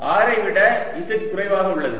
R ஐ விட z குறைவாக உள்ளது